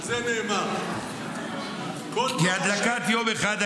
על זה נאמר "כל תורה שאין עימה מלאכה".